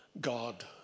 God